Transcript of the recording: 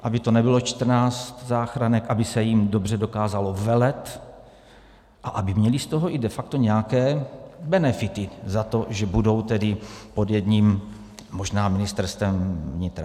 Aby to nebylo 14 záchranek, aby se jim dobře dokázalo velet a aby z toho měly i de facto nějaké benefity za to, že budou tedy pod jedním možná Ministerstvem vnitra.